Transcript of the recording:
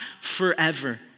forever